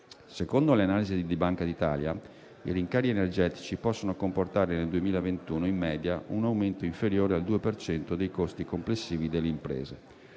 Secondo le analisi di Banca d'Italia, i rincari energetici possono comportare nel 2021 in media un aumento inferiore al 2 per cento dei costi complessivi delle imprese.